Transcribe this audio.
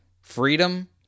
Freedom